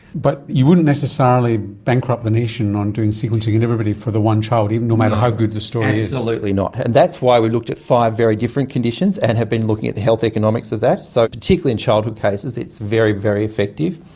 but you wouldn't necessarily bankrupt the nation on doing sequencing on and everybody for the one child, no matter how good the story is. absolutely not, and that's why we looked at five very different conditions and have been looking at the health economics of that. so particularly in childhood cases it's very, very effective.